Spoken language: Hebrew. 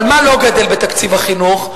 אבל מה לא גדֵל בתקציב החינוך?